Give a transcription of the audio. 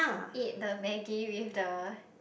eat the Maggi with the